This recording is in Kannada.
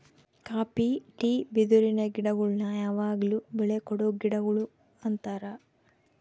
ಕಾಪಿ ಟೀ ಬಿದಿರಿನ ಗಿಡಗುಳ್ನ ಯಾವಗ್ಲು ಬೆಳೆ ಕೊಡೊ ಗಿಡಗುಳು ಅಂತಾರ